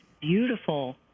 beautiful